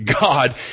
God